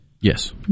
Yes